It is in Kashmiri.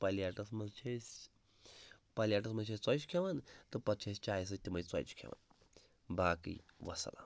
پَلیٹَس منٛز چھِ أسۍ پَلیٹَس منٛز چھِ أسۍ ژۄچہِ کھٮ۪ون تہٕ پَتہٕ چھِ أسۍ چایہِ سۭتۍ تِمَے ژۄچہِ کھٮ۪ون باقٕے وَسلام